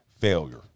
failure